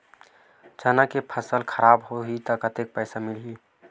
चना के फसल खराब होही कतेकन पईसा मिलही?